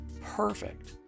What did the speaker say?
perfect